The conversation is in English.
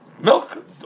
milk